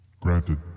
Granted